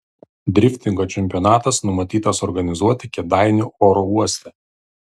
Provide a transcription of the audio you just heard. driftingo čempionatas numatytas organizuoti kėdainių oro uoste